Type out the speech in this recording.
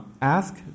ask